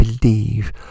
believe